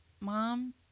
Mom